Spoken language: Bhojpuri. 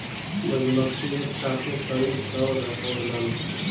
मधुमक्खी एक साथे कई सौ रहेलन